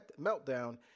meltdown